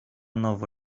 nowo